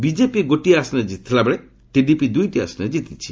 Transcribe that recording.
BJP ଗୋଟିଏ ଆସନରେ ଜିତିଥିବା ବେଳେ ଟିଡିପି ଦୁଇଟି ଆସନରେ ଜିତିଛି